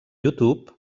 youtube